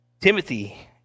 Timothy